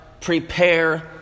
prepare